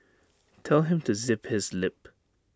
tell him to zip his lip